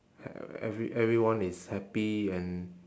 e~ every~ everyone is happy and